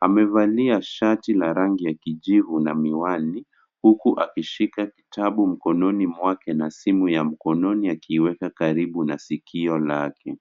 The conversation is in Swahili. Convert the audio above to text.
Amevalia shati la rangi ya kijivu na miwani huku akishika kitabu mkononi mwake na simu ya mkononi akiiweka karibu na sikio lake.